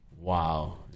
Wow